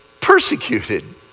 persecuted